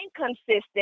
inconsistent